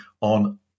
on